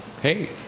Hey